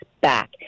back